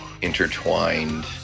intertwined